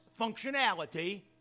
functionality